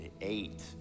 eight